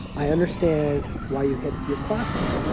i understand why you hit your classmate,